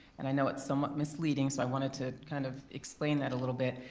and i know it's somewhat misleading so i wanted to kind of explain that a little bit.